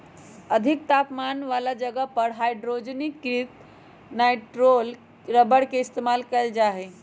अधिक तापमान वाला जगह पर हाइड्रोजनीकृत नाइट्राइल रबर के इस्तेमाल कइल जा हई